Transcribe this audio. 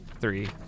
three